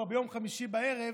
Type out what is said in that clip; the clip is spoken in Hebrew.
כבר ביום חמישי בערב,